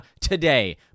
today